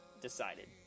Decided